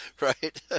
Right